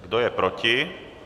Kdo je proti?